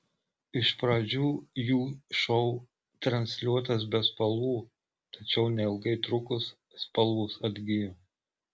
iš pradžių jų šou transliuotas be spalvų tačiau neilgai trukus spalvos atgijo